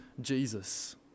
Jesus